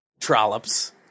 trollops